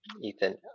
Ethan